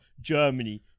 Germany